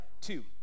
two